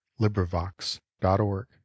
LibriVox.org